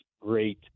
great